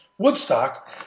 Woodstock